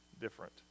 different